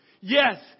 Yes